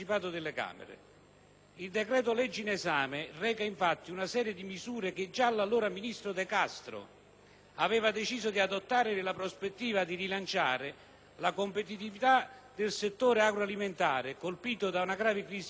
Il decreto‑legge in esame reca, infatti, una serie di misure che già l'allora ministro De Castro aveva deciso di adottare nella prospettiva di rilanciare la competitività del settore agroalimentare, colpito da una grave crisi congiunturale.